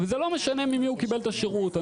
ולא משנה ממי הוא קיבל את השירות,